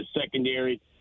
secondary